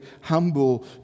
humble